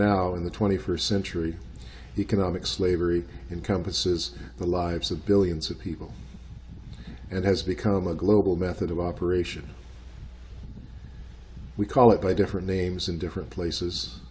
now in the twenty first century economic slavery encompasses the lives of billions of people and has become a global method of operation we call it by different names in different places